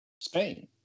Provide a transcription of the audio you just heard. Spain